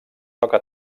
toca